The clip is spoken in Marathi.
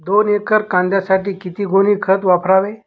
दोन एकर कांद्यासाठी किती गोणी खत वापरावे?